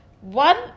one